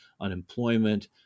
unemployment